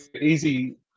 easy